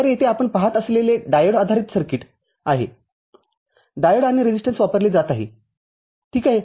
तर येथे आपण पहात असलेले डायोडआधारित सर्किट आहेडायोड आणि रेसिस्टन्स वापरले जात आहेत ठीक आहे